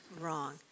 wrong